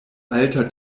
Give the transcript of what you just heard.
alta